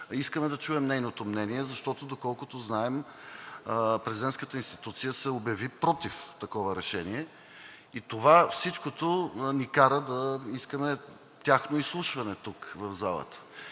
Искаме да чуем нейното мнение, защото, доколкото знаем, президентската институция се обяви против такова решение. Всичко това ни кара да искаме тяхно изслушване тук, в залата.